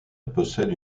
possède